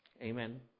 Amen